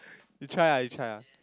you try lah you try lah